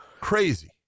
crazy